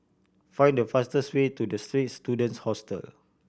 find the fastest way to The Straits Students Hostel